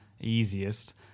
easiest